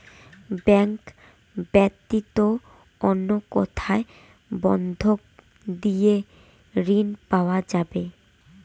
Bank ব্যাতীত অন্য কোথায় বন্ধক দিয়ে ঋন পাওয়া যাবে?